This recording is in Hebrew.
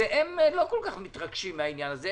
והם לא כל כך מתרגשים מהעניין הזה,